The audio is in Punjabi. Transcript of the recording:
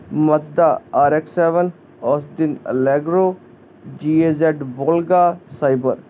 ਮਫਤਾ ਆਰ ਐਕਸ ਸੈਵਨ ਓਸਦਿਨ Allegro Z A Z Volga cyber